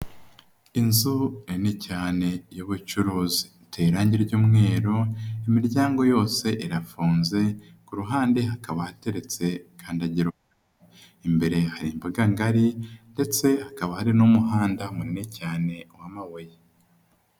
Inzu nini cyane y'ubucuruzi iteye irangi ry'umweru, imiryango yose irafunze, ku ruhande hakaba hateretse kandagira, imbere hari imbuga ngari ndetse hakaba hari n'umuhanda munini cyane wamabuye.